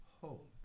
HOLD